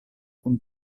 kun